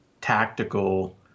tactical